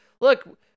look